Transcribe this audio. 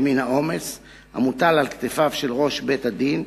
העומס המוטל על כתפיו של ראש בית-הדין,